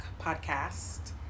podcast